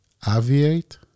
aviate